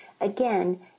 Again